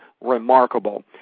remarkable